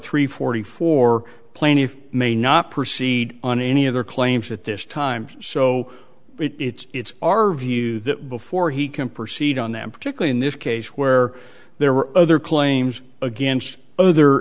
three forty four plaintiffs may not proceed on any of their claims at this time so it's our view that before he can proceed on them particularly in this case where there were other claims against other